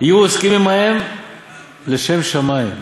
"יהיו עוסקים עמהם לשם שמים,